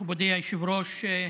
מכובדי היושב-ראש,